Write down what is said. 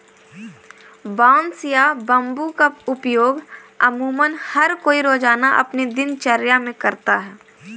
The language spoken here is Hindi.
बांस या बम्बू का उपयोग अमुमन हर कोई रोज़ाना अपनी दिनचर्या मे करता है